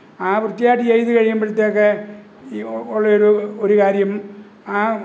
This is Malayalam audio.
ആ വൃത്തിയായിട്ട് ചെയ്തു കഴിയുമ്പോഴത്തേക്ക് ഈ ഉള്ള ഒരു ഒരു കാര്യം ആ